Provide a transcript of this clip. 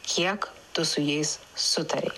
kiek tu su jais sutarei